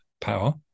power